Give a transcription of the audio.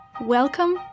welcome